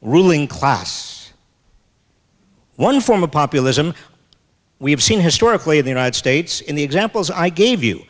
ruling class one form of populism we have seen historically in the united states in the examples i gave you